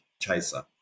chaser